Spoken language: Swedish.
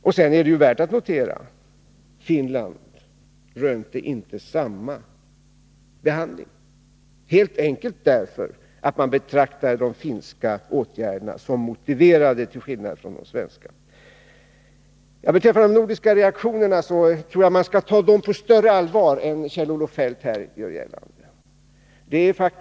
Det är värt att notera att Finland inte rönte samma behandling, helt enkelt därför att de finska åtgärderna betraktades som motiverade, till skillnad från de svenska. Beträffande de nordiska reaktionerna tror jag att vi skall ta dem på större allvar än Kjell-Olof Feldt gör gällande.